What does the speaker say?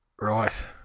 Right